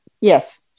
Yes